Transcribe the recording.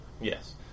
Yes